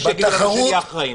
בלי שיגידו לנו שנהיה אחראים.